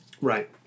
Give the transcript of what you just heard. Right